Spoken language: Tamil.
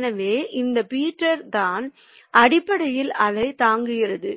எனவே அந்த பீட்டர் தான் அடிப்படையில் அதைத் தூக்குகிறது